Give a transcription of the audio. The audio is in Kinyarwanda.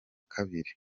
kabiri